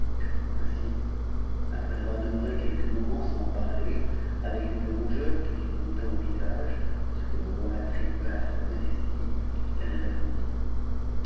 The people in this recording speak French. ainsi après avoir dequelques moments sans parler avec une rougeur qui lui monta au c ce que le roi attribua à sa modestie elle répondu